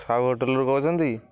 ସାହୁ ହୋଟେଲରୁ କହୁଛନ୍ତି